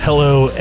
Hello